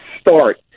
start